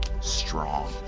strong